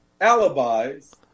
alibis